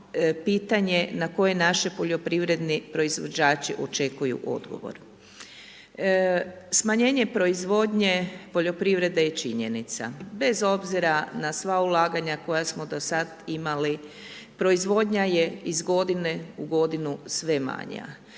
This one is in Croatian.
pitanje na koje naši poljoprivredni proizvođači očekuju odgovor. Smanjenje proizvodnje poljoprivrede je činjenica bez obzira na sva ulaganja koja smo do sada imali, proizvodnja je iz godine u godinu sve manja.